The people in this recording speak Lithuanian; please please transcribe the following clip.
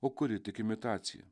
o kuri tik imitacija